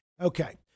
Okay